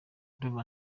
ndumva